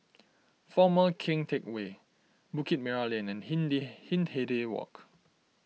Former Keng Teck Whay Bukit Merah Lane and Hindi Hindhede Walk